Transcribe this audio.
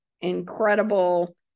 incredible